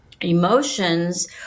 emotions